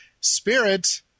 Spirit